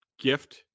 gift